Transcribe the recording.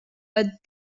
but